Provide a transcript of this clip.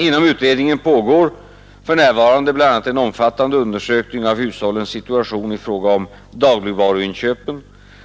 Inom utredningen pågår för närvarande bl.a. en omfattande undersökning av hushållens situation i fråga om dagligvaruinköp